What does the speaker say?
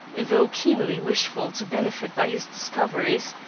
though keenly wishful to benefit by his discoveries,